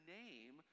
name